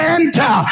enter